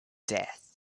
death